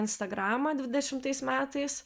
instagramą dvidešimtais metais